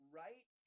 right